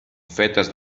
fetes